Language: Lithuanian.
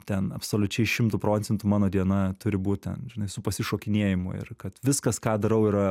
ten absoliučiai šimtu procentų mano diena turi būt žinai su pasišokinėjimu ir kad viskas ką darau yra